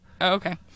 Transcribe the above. okay